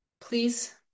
please